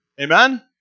Amen